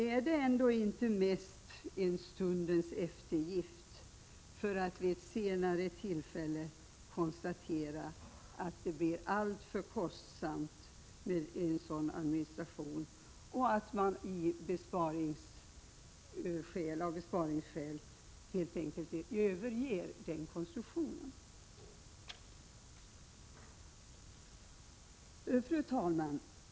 Är det ändå inte mest en stundens eftergift för att man vid ett senare tillfälle skall konstatera att en sådan administration blir alltför kostsam och att man av besparingsskäl helt enkelt vill överge den konstruktionen? Fru talman!